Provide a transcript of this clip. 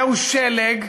זהו שלג,